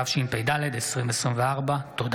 התשפ"ד 2024. תודה.